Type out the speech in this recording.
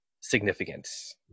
significance